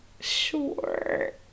sure